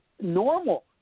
normal